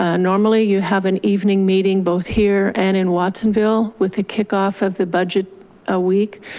ah normally you have an evening meeting both here and in watsonville with the kickoff of the budget ah week.